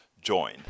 join